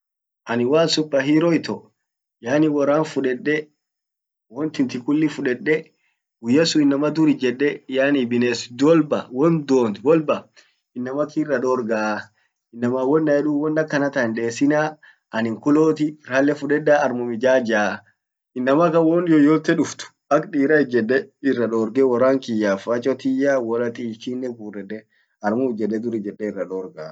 anin waan superhero ito yaani woran fudede, won tinti kulli fudede guyya sun innama dur ijedde yaani bines dolba won dhont wolba inamakira dorgaa. Inaman won an yedun won akanatan hindessina anin kuloti ralle fudeda armum ijajah. Inamakan wonyoyote duft ak dira ijjede irra dorge woran kiyaf facho tiyyaf ,wala tiyy tinnen gurrede armum ijjede dur ijjede irra dorgaa.